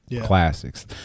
classics